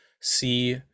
see